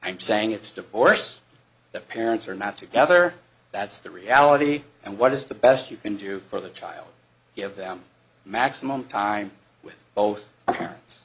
i'm saying it's divorce that parents are not together that's the reality and what is the best you can do for the child give them maximum time with both parents